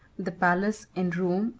the palace in rome,